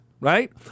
right